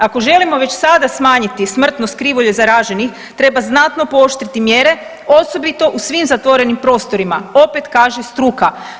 Ako želimo već sada smanjiti smrtnost krivulje zaraženih treba znatno pooštriti mjere osobito u svim zatvorenim prostorima opet kaže struka.